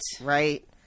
Right